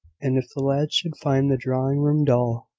and if the lads should find the drawing-room dull,